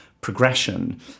progression